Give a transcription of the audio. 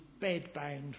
bedbound